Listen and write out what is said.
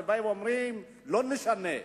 שאומרים: לא משנה,